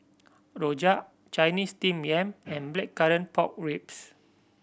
Rojak Chinese Steamed Yam and Blackcurrant Pork Ribs